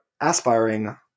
aspiring